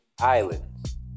Islands